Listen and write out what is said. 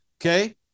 Okay